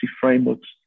frameworks